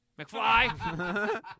McFly